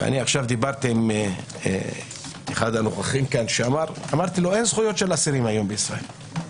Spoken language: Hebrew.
דיברתי עכשיו עם אחד הנוכחים כאן שאמר: אין זכויות אסירים היום בישראל.